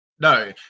No